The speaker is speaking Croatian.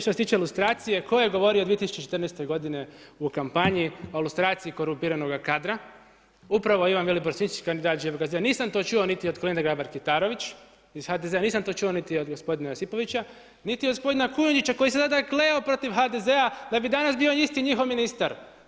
Što se tiče lustracije tko je govorio 2014. godine u kampanji o lustraciji korumpiranoga kadra upravo Ivan Vilibor Sinčić kandidat Živoga zida, nisam to čuo niti od Kolinde Grabar Kitarović iz HDZ-a, nisam to čuo niti od gospodina Josipovića, niti od gospodina Kujundžića koji se tada kleo protiv HDZ-a da bi danas bio isti njihov ministar.